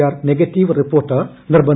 R negative report നിർബന്ധമാണ്